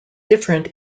different